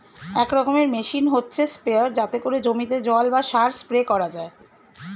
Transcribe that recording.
এক রকমের মেশিন হচ্ছে স্প্রেয়ার যাতে করে জমিতে জল বা সার স্প্রে করা যায়